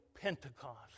Pentecost